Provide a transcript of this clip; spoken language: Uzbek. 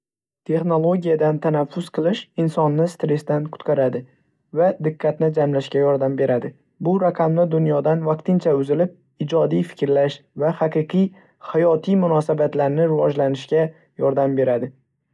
Texnologiyadan tanaffus qilish insonni stressdan qutqaradi va diqqatni jamlashga yordam beradi. Bu raqamli dunyodan vaqtincha uzilib, ijodiy fikrlash va haqiqiy hayotiy munosabatlarni rivojlantirishga imkon yaratadi.